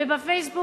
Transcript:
וב"פייסבוק",